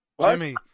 Jimmy